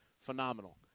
phenomenal